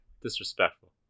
Disrespectful